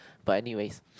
but anyways